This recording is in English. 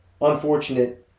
Unfortunate –